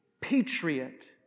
patriot